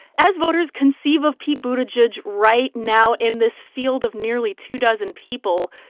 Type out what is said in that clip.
as voters conceive of pete buttigieg right now in this field of nearly two dozen people,